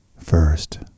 first